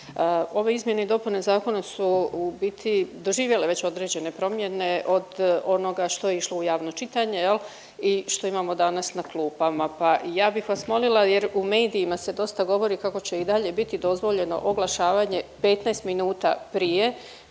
Ove izmjene i dopune zakona su u biti doživjele već određene promjene od onoga što je išlo u javno čitanje i što imamo danas na klupama. Pa ja bih vas molila, jer u medijima se dosta govori kako će i dalje biti dozvoljeno oglašavanje 15 minuta prije